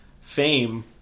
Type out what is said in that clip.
fame